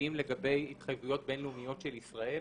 קשיים לגבי התחייבויות בינלאומיות של ישראל?